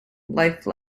life